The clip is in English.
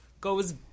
goes